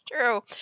true